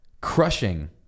Crushing